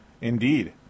indeed